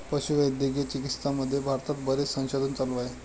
पशुवैद्यकीय चिकित्सामध्ये भारतात बरेच संशोधन चालू आहे